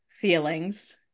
feelings